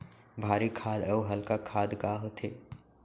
भारी खाद अऊ हल्का खाद का होथे?